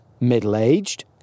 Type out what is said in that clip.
middle-aged